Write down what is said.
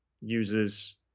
uses